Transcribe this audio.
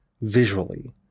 visually